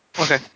okay